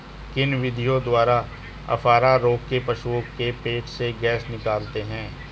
किन विधियों द्वारा अफारा रोग में पशुओं के पेट से गैस निकालते हैं?